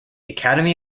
academy